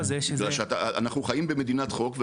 אנחנו חיים במדינת חוק,